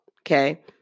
Okay